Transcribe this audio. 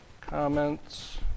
comments